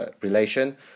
relation